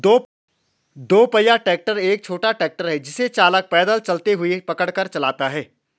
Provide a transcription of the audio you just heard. दो पहिया ट्रैक्टर एक छोटा ट्रैक्टर है जिसे चालक पैदल चलते हुए पकड़ कर चलाता है